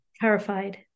Terrified